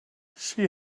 she